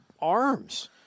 arms